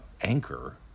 Anchor